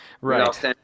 right